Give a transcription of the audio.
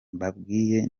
mbabwiye